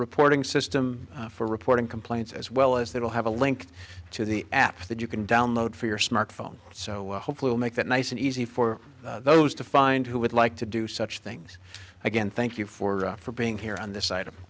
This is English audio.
reporting system for reporting complaints as well as they will have a link to the apps that you can download for your smartphone so hopefully we'll make that nice and easy for those to find who would like to do such things again thank you for for being here on this